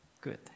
Good